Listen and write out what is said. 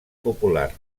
popular